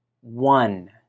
one